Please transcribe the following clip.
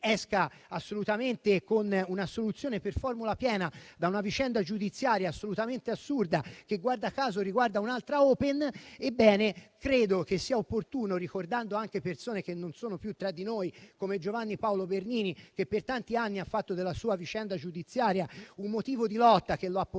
esca con una assoluzione con formula piena da una vicenda giudiziaria assurda che, guarda caso, riguarda un'altra Open. Ebbene, ricordando anche persone che non sono più tra noi come Giovanni Paolo Bernini, che per tanti anni ha fatto della sua vicenda giudiziaria un motivo di lotta che lo ha portato